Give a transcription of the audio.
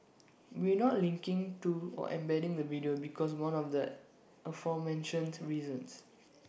we're not linking to or embedding the video because more of the aforementioned reasons